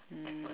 mm